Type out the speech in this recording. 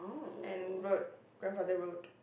and wrote grandfather road